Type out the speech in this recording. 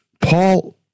Paul